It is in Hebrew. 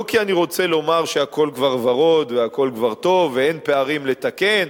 לא כי אני רוצה לומר שהכול כבר ורוד והכול כבר טוב ואין פערים לתקן.